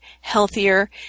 healthier